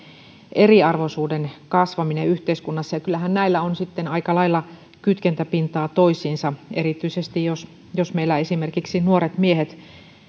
eriarvoisuuden kasvaminen yhteiskunnassa ja kyllähän näillä on aika lailla kytkentäpintaa toisiinsa erityisesti jos jos meillä esimerkiksi nuoret miehet